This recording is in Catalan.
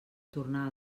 tornar